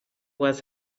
was